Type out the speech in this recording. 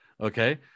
Okay